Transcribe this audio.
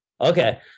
Okay